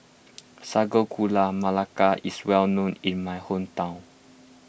Sago Gula Melaka is well known in my hometown